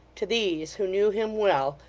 to these, who knew him well,